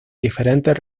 diferentes